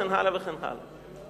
וכן הלאה וכן הלאה.